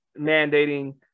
mandating –